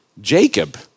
Jacob